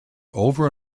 over